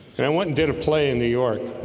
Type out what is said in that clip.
and i wasn't did a play in new york